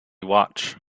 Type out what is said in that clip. watch